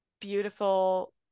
beautiful